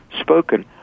spoken